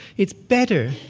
it's better,